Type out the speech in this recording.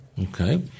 Okay